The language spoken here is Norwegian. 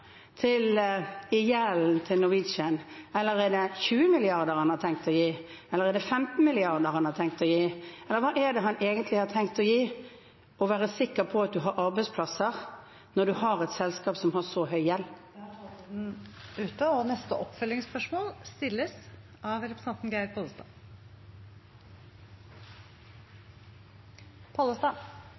til gjelden til Norwegian? Eller er det 20 mrd. kr han har tenkt å gi? Eller er det 15 mrd. kr? Hva er det egentlig han tenkt å gi for å være sikker på at man har arbeidsplasser – når man har et selskap som har så høy gjeld? Geir Pollestad – til oppfølgingsspørsmål.